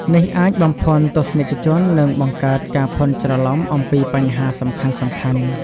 នេះអាចបំភាន់ទស្សនិកជន និងបង្កើតការភ័ន្តច្រឡំអំពីបញ្ហាសំខាន់ៗ។